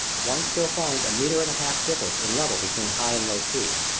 one still finds a meter-and-a-half difference in level between high and low seas.